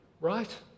right